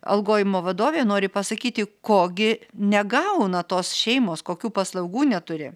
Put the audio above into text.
algojimo vadovė nori pasakyti ko gi negauna tos šeimos kokių paslaugų neturi